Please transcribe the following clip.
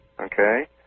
Okay